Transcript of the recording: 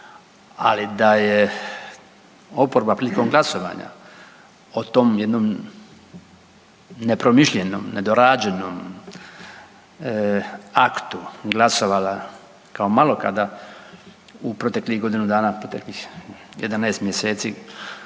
ali da je oporba prilikom glasovanja o tom jednom nepromišljenom, nedorađenom aktu glasovala kao malo kada u proteklih godinu dana, .../Govornik se